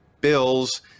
Bills